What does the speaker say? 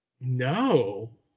No